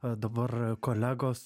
a dabar kolegos